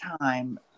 time